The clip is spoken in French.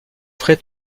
fred